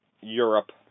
Europe